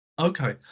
Okay